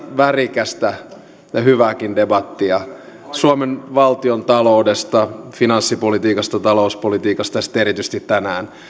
värikästä ja hyvääkin debattia suomen valtiontaloudesta finanssipolitiikasta talouspolitiikasta ja sitten erityisesti tänään